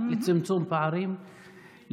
לצמצום פערים,